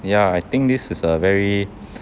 ya I think this is a very